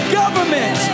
government